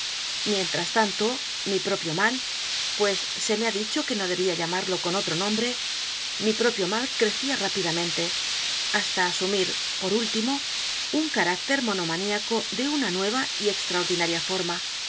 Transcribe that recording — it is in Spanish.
mientras tanto mi propio mal pues se me ha dicho que no debía llamarlo con otro nombre mi propio mal crecía rápidamente hasta asumir por último un carácter monomaniaco de una nueva y extraordinaria forma